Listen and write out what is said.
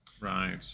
Right